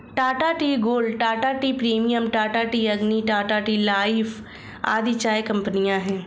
Tata tea gold, Tata tea premium, Tata tea Agni, Tata tea life आदि चाय कंपनियां है